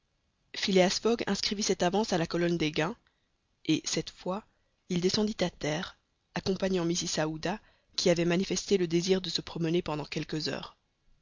phileas fogg inscrivit cette avance à la colonne des gains et cette fois il descendit à terre accompagnant mrs aouda qui avait manifesté le désir de se promener pendant quelques heures